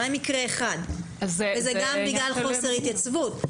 אולי מקרה אחד, וזה גם בגלל חוסר התייצבות.